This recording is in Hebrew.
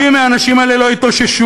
ורבים מהאנשים האלה לא התאוששו.